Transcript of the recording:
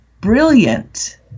brilliant